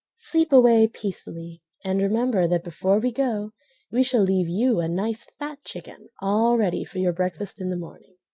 sleep away peacefully, and remember that before we go we shall leave you a nice fat chicken all ready for your breakfast in the morning.